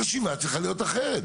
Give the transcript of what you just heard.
החשיבה צריכה להיות אחרת,